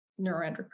neuroendocrine